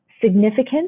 significant